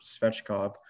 Svechkov